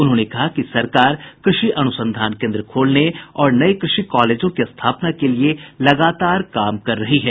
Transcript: उन्होंने कहा कि सरकार कृषि अनुसंधान केन्द्र खोलने और नये कृषि कॉलेजों की स्थापना के लिये लगातार काम कर रही है